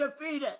defeated